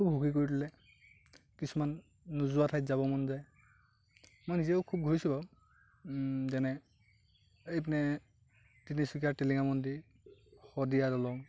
সুখী কৰি তুলে কিছুমান নোযোৱা ঠাইত যাব মন যায় মই নিজেও খুউব ঘূৰিছোঁ বাৰু যেনে যেনে তিনিচুকীয়াৰ টিলিঙা মন্দিৰ শদিয়া দলং